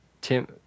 Tim